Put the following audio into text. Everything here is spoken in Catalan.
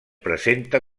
presenta